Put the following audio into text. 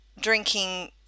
drinking